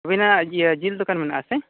ᱟᱵᱤᱱᱟᱜ ᱤᱭᱟᱹ ᱡᱤᱞ ᱫᱳᱠᱟᱱ ᱢᱮᱱᱟᱜᱼᱟ ᱥᱮ